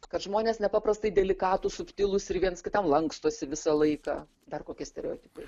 kad žmonės nepaprastai delikatūs subtilūs ir viens kitam lankstosi visą laiką dar kokie stereotipai